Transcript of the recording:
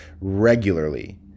regularly